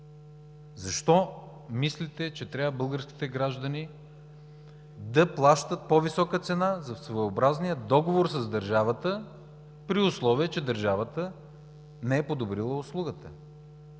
Защо мислите, че българските граждани трябва да плащат по-висока цена за своеобразния договор с държавата, при условие че държавата не е подобрила услугата?!